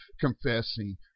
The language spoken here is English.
confessing